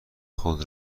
خود